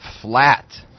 flat